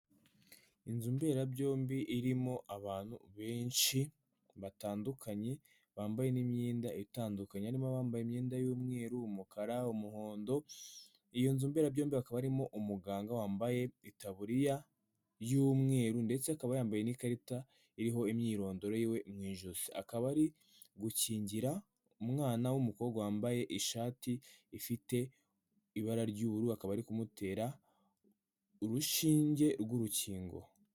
inzu mberabyombi irimo abantu benshi batandukanye bambaye n’imyenda itandukanye harimo abambaye imyenda y'umweru umukara umuhondo iyo nzu mberabyombi akaba arimo umuganga wambaye itaburiya y'umweru ndetse akaba yambaye n'ikarita iriho imyirondorowe mu ijosi akaba ari gukingira umwana w'umukobwa wambaye ishati ifite ibara ry'uburu akaba ari kumutera urushinge rw'urukingo